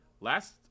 last